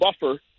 buffer